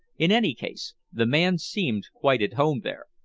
in any case, the man seemed quite at home there.